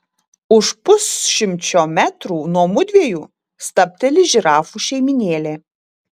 už pusšimčio metrų nuo mudviejų stabteli žirafų šeimynėlė